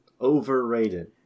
overrated